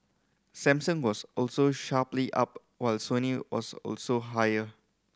Samsung was also sharply up while Sony was also higher